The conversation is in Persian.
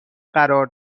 قرار